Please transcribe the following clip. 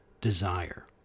desire